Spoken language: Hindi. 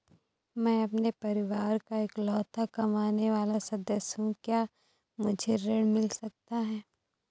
मैं अपने परिवार का इकलौता कमाने वाला सदस्य हूँ क्या मुझे ऋण मिल सकता है?